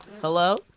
Hello